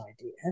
idea